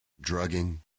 drugging